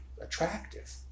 attractive